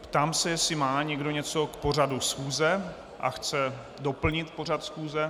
Ptám se, jestli někdo něco má k pořadu schůze a chce doplnit pořad schůze.